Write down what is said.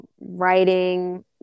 writing